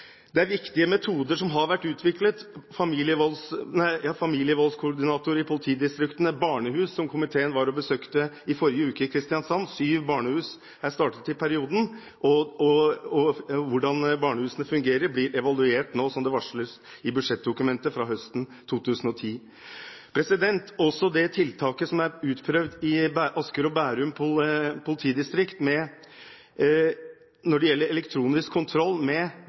Det er viktige metoder som har vært utviklet – familievoldskoordinatorer i politidistriktene og barnehus, som komiteen var og besøkte i forrige uke i Kristiansand. Syv barnehus er startet i perioden. Hvordan barnehusene fungerer, blir evaluert nå, som det varsles i budsjettdokumentet, fra høsten 2010. Også det tiltaket som er utprøvd i Asker og Bærum politidistrikt når det gjelder elektronisk kontroll